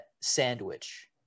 sandwich